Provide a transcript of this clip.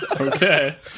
Okay